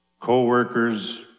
co-workers